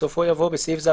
ובסופו יבוא "בסעיף זה,